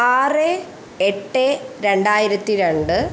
ആറ് എട്ട് രണ്ടായിരത്തി രണ്ട്